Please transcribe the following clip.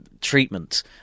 treatment